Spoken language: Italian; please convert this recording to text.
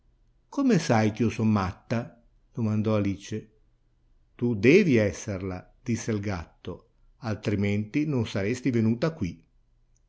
come sai ch'io sono matta domandò alice tu devi esserla disse il gatto altrimenti non saresti venuta quì